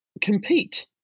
compete